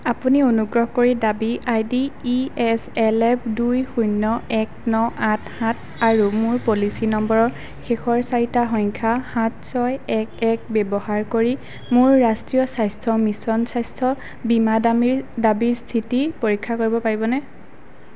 আপুনি অনুগ্ৰহ কৰি দাবী ID E S L F দুই শূন্য এক ন আঠ সাত আৰু মোৰ পলিচি নম্বৰৰ শেষৰ চাৰিটা সংখ্যা সাত ছয় এক এক ব্যৱহাৰ কৰি মোৰ ৰাষ্ট্ৰীয় স্বাস্থ্য মিছন স্বাস্থ্য বীমা দাবীৰ দাবী স্থিতি পৰীক্ষা কৰিব পাৰিবনে